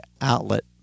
outlet